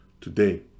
today